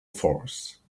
force